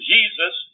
Jesus